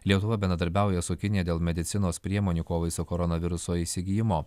lietuva bendradarbiauja su kinija dėl medicinos priemonių kovai su koronaviruso įsigijimu